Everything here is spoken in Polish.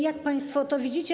Jak państwo to widzicie?